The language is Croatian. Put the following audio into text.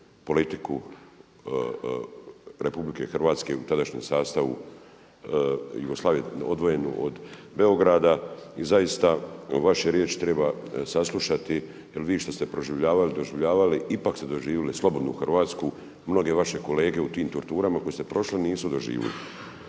politiku Republike Hrvatske u tadašnjem sastavu Jugoslavije, odvojenu od Beograda. I zaista vaše riječi treba saslušati jer vi što ste proživljavali i doživljavali ipak ste doživjeli slobodnu Hrvatsku. Mnoge vaše kolege u tim torturama koje su prošli nisu doživjeli.